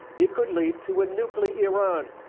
it could lead to a nuclear iran,